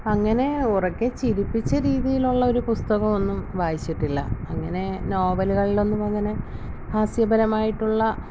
അങ്ങനെ ഉറക്കെ ചിരിപ്പിച്ച രീതിയിലുള്ളൊരു പുസ്തകവൊന്നും വായിച്ചിട്ടില്ല അങ്ങനെ നോവലുകൾലൊന്നും അങ്ങനെ ഹാസ്യപരമായിട്ടുള്ള